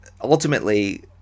ultimately